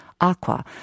Aqua